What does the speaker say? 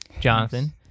Jonathan